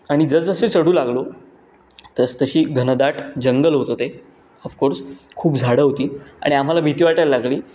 आणि जसजसे चढू लागलो तसतशी घनदाट जंगल होतं ते ऑफकोर्स खूप झाडं होती आणि आम्हाला भीती वाटायला लागली